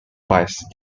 vice